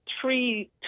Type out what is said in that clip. three